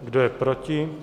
Kdo je proti?